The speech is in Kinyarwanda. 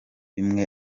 bimwe